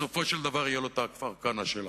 בסופו של דבר יהיה בה כפר-כנא שלה.